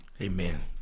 Amen